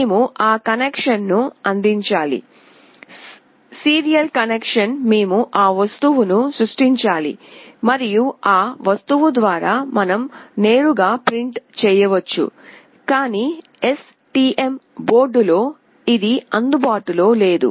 మేము ఆ కనెక్షన్ను అందించాలి సీరియల్ కనెక్షన్ మేము ఆ వస్తువును సృష్టించాలి మరియు ఆ వస్తువు ద్వారా మనం నేరుగా ప్రింట్ చేయవచ్చు కాని STM బోర్డులో ఇది అందుబాటులో లేదు